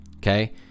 okay